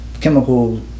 chemical